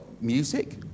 music